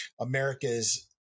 America's